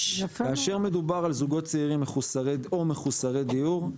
כאשר מדובר על זוגות צעירים או מחוסרי דיור,